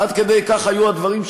עד כדי כך היו הדברים,